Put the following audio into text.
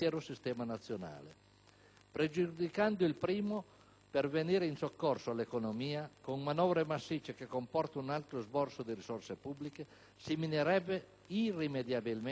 Pregiudicando il primo per venire in soccorso all'economia con manovre massicce che comportano un alto esborso di risorse pubbliche, si minerebbe irrimediabilmente tale presupposto.